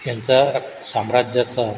ह्यांचा साम्राज्याचा